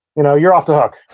you know you're off the hook,